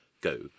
go